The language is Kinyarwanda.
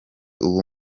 uwo